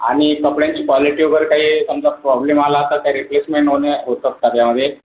आणि कपड्यांची कॉलिटी वगैरे काही समजा प्रॉब्लेम आला तर रिप्लेसमेंट होणे होतात का त्यामध्ये